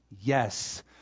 Yes